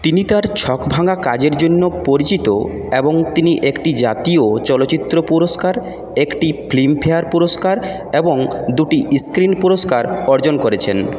তিনি তার ছকভাঙ্গা কাজের জন্য পরিচিত এবং তিনি একটি জাতীয় চলচ্চিত্র পুরস্কার একটি ফ্লিমফেয়ার পুরস্কার এবং দুটি স্ক্রীন পুরস্কার অর্জন করেছেন